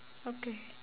okay